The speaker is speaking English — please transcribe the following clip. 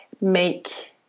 make